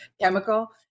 chemical